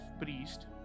priest